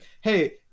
hey